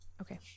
Okay